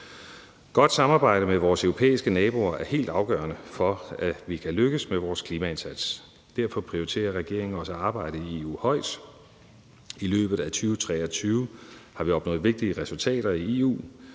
Godt samarbejde med vores europæiske naboer er helt afgørende for, at vi kan lykkes med vores klimaindsats, og derfor prioriterer regeringen også arbejdet i EU højt. I løbet af 2023 har vi opnået vigtige resultater i EU.